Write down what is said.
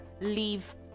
leave